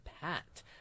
Pat